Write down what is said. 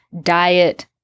diet